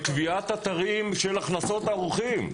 לקביעת אתרים של הכנסות האורחים.